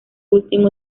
último